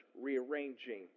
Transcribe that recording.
rearranging